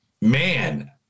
man